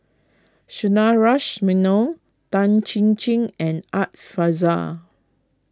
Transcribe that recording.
Sundaresh Menon Tan Chin Chin and Art Fazil